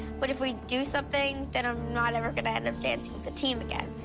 but if we do something, then i'm not ever going to end up dancing with the team again.